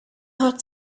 hat